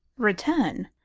return?